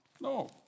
No